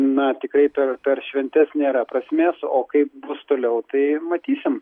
na tikrai per per šventes nėra prasmės o kaip bus toliau tai matysim